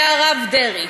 והרב דרעי,